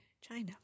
China